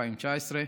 התשע"ט 2019,